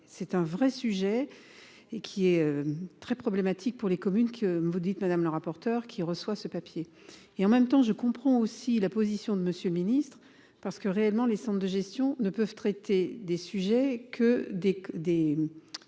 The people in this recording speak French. c'est un vrai sujet et qui est très problématique pour les communes que vous dites, madame la rapporteure, qui reçoit ce papier et en même temps je comprends aussi la position de Monsieur le Ministre parce que réellement les cendres de gestion ne peuvent traiter des sujets que des